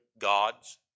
gods